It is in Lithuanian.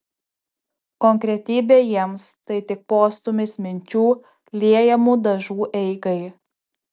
konkretybė jiems tai tik postūmis minčių liejamų dažų eigai